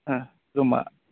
जमा